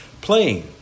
playing